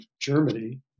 Germany